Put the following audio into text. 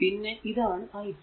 പിന്നെ ഇതാണ് i 2